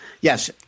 yes